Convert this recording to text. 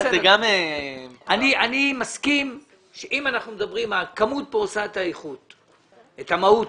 אני מסכים שהכמות כאן עושה את המהות.